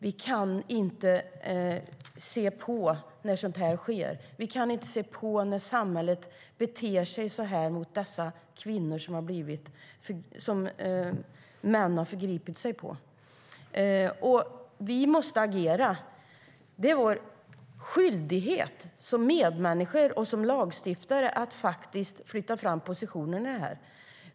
Vi kan inte se på när sådant här sker. Vi kan inte se på när samhället beter sig så mot dessa kvinnor som män har förgripit sig på. Vi måste agera. Det är vår skyldighet som medmänniskor och lagstiftare att flytta fram positionerna.